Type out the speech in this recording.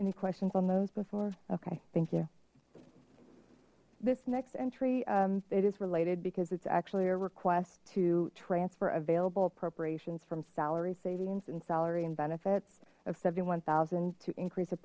any questions on those before okay thank you this next entry it is related because it's actually a request to transfer available appropriations from salary savings and salary and benefits of seventy one zero to increase